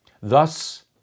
Thus